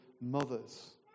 mothers